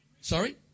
sorry